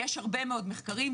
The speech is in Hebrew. יש הרבה מאוד מחקרים,